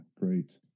Great